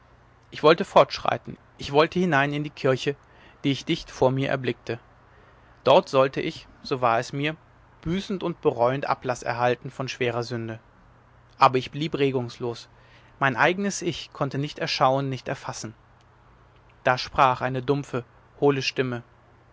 ich wollte fortschreiten ich wollte hinein in die kirche die ich dicht vor mir erblickte dort sollte ich so war es mir büßend und bereuend ablaß erhalten von schwerer sünde aber ich blieb regungslos mein eignes ich konnte ich nicht erschauen nicht erfassen da sprach eine dumpfe hohle stimme